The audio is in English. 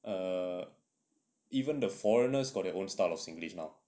err even the foreigners got their own style of singlish now